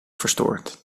verstoord